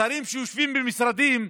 שרים שיושבים במשרדים,